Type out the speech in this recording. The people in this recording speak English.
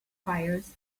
fires